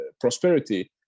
prosperity